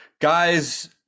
guys